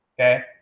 Okay